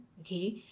okay